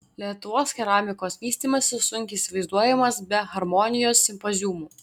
lietuvos keramikos vystymasis sunkiai įsivaizduojamas be harmonijos simpoziumų